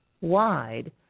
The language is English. wide